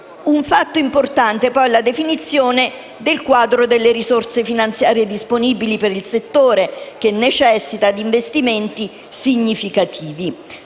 Un fatto importante poi è la definizione del quadro delle risorse finanziarie disponibili per il settore che necessita di investimenti significativi.